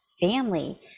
family